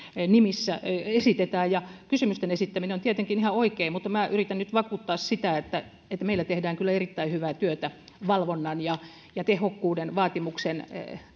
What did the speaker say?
nimissä esitetään kysymysten esittäminen on tietenkin ihan oikein mutta yritän nyt vakuuttaa sitä että meillä tehdään kyllä erittäin hyvää työtä valvonnan ja ja tehokkuuden vaatimuksen